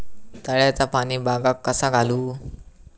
तळ्याचा पाणी बागाक कसा घालू?